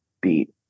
beat